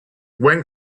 when